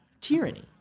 tyranny